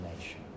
nation